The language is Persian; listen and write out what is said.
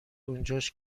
اونجاش